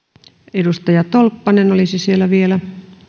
edustaja tolppanen olisi siellä vielä